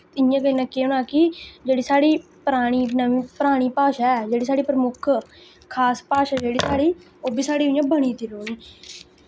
इ'यां कन्नै केह् होना कि जेह्ड़ी साढ़ी परानी नम परानी भाशा ऐ जेह्ड़ी साढ़ी परमुक्ख खास भाशा जेह्ड़ी साढ़ी ओह् बबि साढ़ी इ'यां बनी दी रोह्नी